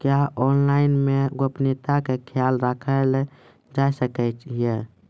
क्या ऑनलाइन मे गोपनियता के खयाल राखल जाय सकै ये?